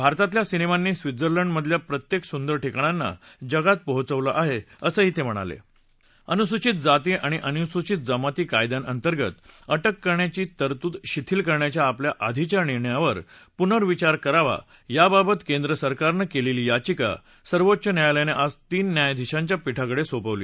भारतातल्या सिनत्त्रीमी स्वित्झर्लंड मधल्या प्रत्यक्त सुंदर ठिकाणांना जगात पोहोचवलं आह असंही तक्किणाला अनुसूचित जाती आणि अनुसूचित जमाती कायद्याअंतंगत अटक करण्याची तरतुद शिथिल करण्याच्या आपल्या आधीच्या निर्णयावर पूर्नविचार करावा याबाबत केंद्र सरकारनं कलिही याचिका सर्वोच्च न्यायालयानं आज तीन न्यायाधिशांच्या पीठाकड झीपवली